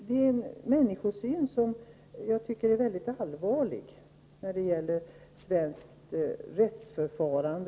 Jag tycker att det är mycket allvarligt att en sådan människosyn förekommer när det gäller svenskt rättsförfarande.